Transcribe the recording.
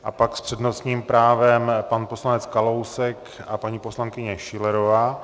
A pak s přednostním právem pan poslanec Kalousek a paní poslankyně Schillerová.